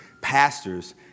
pastors